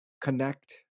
connect